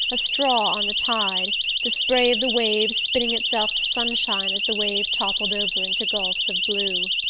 a straw on the tide the spray of the wave spinning itself to sunshine as the wave toppled over into gulfs of blue.